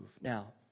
Now